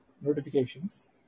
notifications